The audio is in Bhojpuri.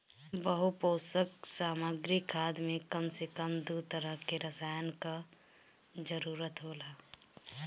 बहुपोषक सामग्री खाद में कम से कम दू तरह के रसायन कअ जरूरत होला